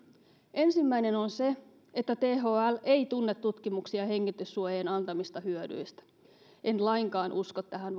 ensimmäinen on se että thl ei tunne tutkimuksia hengityssuojien antamista hyödyistä en lainkaan usko tähän